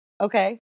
Okay